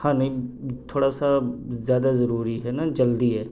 ہاں نہیں تھوڑا سا زیادہ ضروری ہے نا جلدی ہے